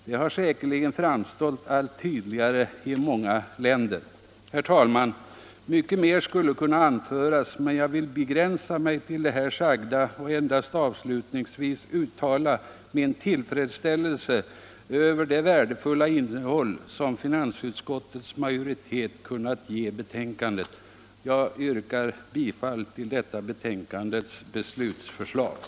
Det har säkerligen framstått allt tydligare i många länder. Herr talman! Mycket mer skulle kunna anföras, men jag vill begränsa mig till det här sagda och endast avslutningsvis uttala min tillfredsställelse över det värdefulla innehåll som finansutskottets majoritet kunnat ge betänkandet. Jag yrkar bifall till hemställan i detta betänkande.